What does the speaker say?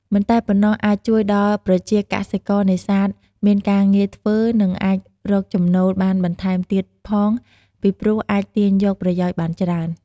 មិនប៉ុណ្ណោះអាចជួយដល់ប្រជាកសិករនេសាទមានការងារធ្វើ និងអាចរកចំណូលបានបន្ថែមទៀតផងពីព្រោះអាចទាញយកប្រយោជន៍បានច្រើន។